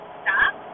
stop